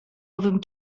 owym